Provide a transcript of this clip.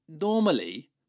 normally